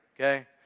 okay